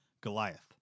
Goliath